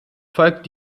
folgt